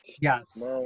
Yes